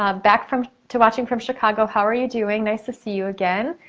ah back from, to watching from chicago. how are you doing? nice to see you again.